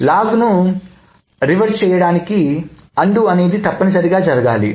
లాగు ను రివర్స్ చేయడానికి అన్డు అనేది తప్పనిసరిగా జరగాలి